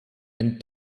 and